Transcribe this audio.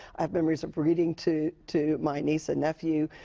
i've been reading reading to to my niece and nephew,